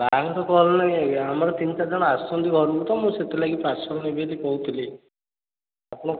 ବାହାଘର କଲ୍ ନାଇଁ ଆଜ୍ଞା ଆମର ତିନି ଚାରିଜଣ ଆସିଛନ୍ତି ଘରକୁ ତ ମୁଁ ସେଥି ଲାଗି ପାର୍ସଲ୍ ନେବି ବୋଲି କହୁଥିଲି ଆପଣ